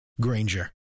Granger